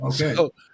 okay